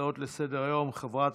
הצעות לסדר-היום מס' 810,